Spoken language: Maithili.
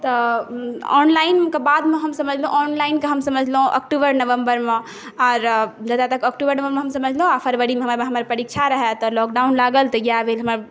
तऽ ऑनलाइन के हम बादमे समझलहुँ ऑनलाइन के हम समझलहुँ अक्टुबर नवम्बरमे आर जतऽ तक अक्टुबर नवम्बरमे समझलहुँ आर फ़रवरीमे हमर परीक्षा रहै तऽ लोकडाउन लागल तऽ इएह भेल हमर